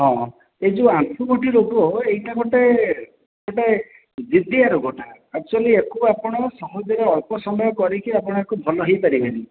ହଁ ହଁ ଏ ଯେଉଁ ଆଣ୍ଠୁ ଗଣ୍ଠି ରୋଗ ଏଇଟା ଗୋଟେ ଜିଦ୍ଦିଆ ରୋଗଟା ଏକଚୌଲି ୟା କୁ ଆପଣ ସହଜରେ ଅଳ୍ପ ସମୟ କରିକି ଆପଣ ୟା କୁ ଭଲ ହେଇପାରିବେନି